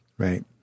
Right